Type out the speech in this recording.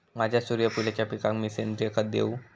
माझ्या सूर्यफुलाच्या पिकाक मी सेंद्रिय खत देवू?